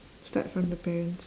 start from the parents